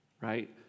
right